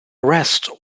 arrest